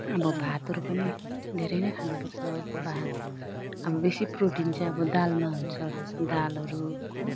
अब भातहरू पनि धेरै नै खानुपर्छ भात अब बेसी प्रोटिन चाहिँ अब दालमा हुन्छ दालहरू हो